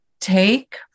take